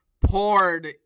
poured